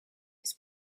his